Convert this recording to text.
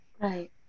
Right